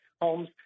homes